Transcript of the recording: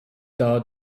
thought